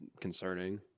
concerning